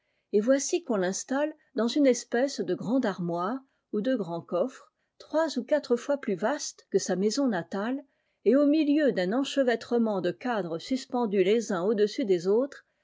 et voici qu'on tinstalle dans une espèce de grande armoire ou de grand coffre trois ou quatre fois plus vaste que sa maison natale et au milieu d'un enchevêtrement de cadres suspendus les uns au-dessus des autres